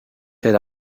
era